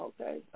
okay